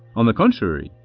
on the contrary,